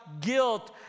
guilt